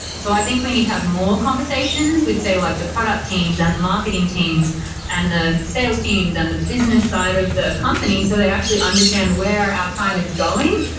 so i think we need to have more conversations. we'd say like the product teams and the marketing teams and the sales teams and the business side of the company, so they actually understand where our time is going.